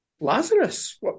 Lazarus